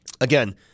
again